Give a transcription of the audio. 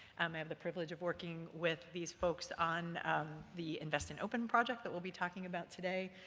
um have the privilege of working with these folks on the invest in open project that we'll be talking about today,